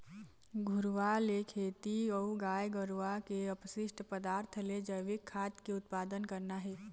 घुरूवा ले खेती अऊ गाय गरुवा के अपसिस्ट पदार्थ ले जइविक खाद के उत्पादन करना हे